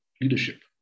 leadership